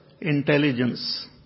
intelligence